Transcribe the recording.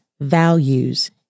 values